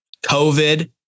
covid